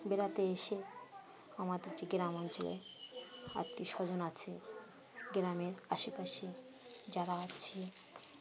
বেড়াতে এসে আমাদের যে গ্রাম অঞ্চলে আত্মীয় স্বজন আছে গ্রামের আশেপাশে যারা আছে